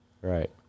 Right